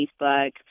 Facebook